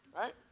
right